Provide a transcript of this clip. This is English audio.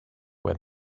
where